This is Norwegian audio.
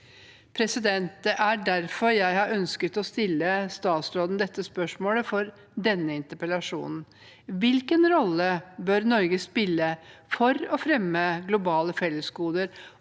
bistand. Det er derfor jeg har ønsket å stille statsråden dette spørsmålet i denne interpellasjonen: Hvilken rolle bør Norge spille for å fremme globale fellesgoder,